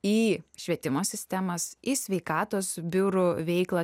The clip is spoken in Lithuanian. į švietimo sistemas į sveikatos biurų veiklą